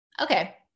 Okay